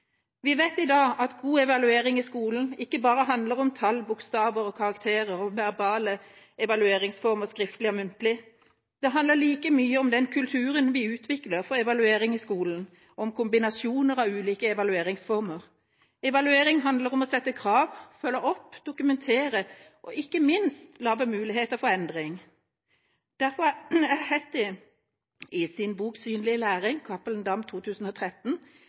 Vi vet i dag at god evaluering i skolen ikke bare handler om tall, bokstaver og karakterer, om verbale evalueringsformer skriftlig og muntlig – det handler like mye om den kulturen vi utvikler for evaluering i skolen, om kombinasjoner av ulike evalueringsformer. Evaluering handler om å stille krav, følge opp, dokumentere og ikke minst lage muligheter for endring. Derfor er John Hattie i sin bok «Synlig læring», utgitt av Cappelen Damm i 2013,